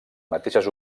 mateixes